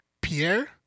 Pierre